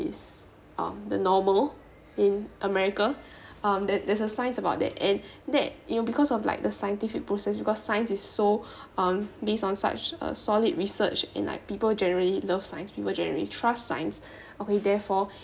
is um the normal in america um that there's a science about that and that you know because of like the scientific process because science is so um based on such uh solid research and like people generally love science people generally trust science okay therefore